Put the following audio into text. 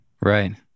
Right